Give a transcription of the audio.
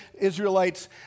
Israelites